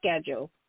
schedule